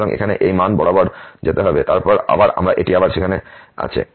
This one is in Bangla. সুতরাং এখানে এই মান এই বরাবর যেতে হবে এবং তারপর আবার আমরা এটি আবার সেখানে আছে